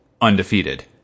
undefeated